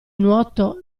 nuoto